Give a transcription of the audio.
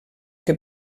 que